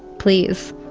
please.